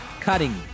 cutting